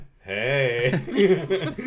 hey